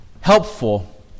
helpful